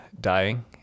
dying